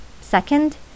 Second